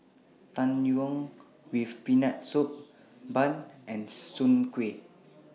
Tang Yuen with Peanut Soup Bun and Soon Kuih